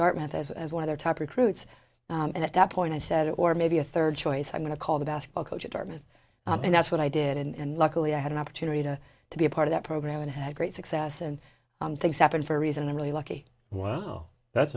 dartmouth as as one of their top recruits and at that point i said or maybe a third choice i'm going to call the basketball coach at dartmouth and that's what i did and luckily i had an opportunity to to be a part of that program and had great success and things happen for a reason i'm really lucky wow that's